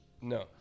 No